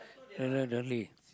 no no don't be